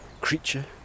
creature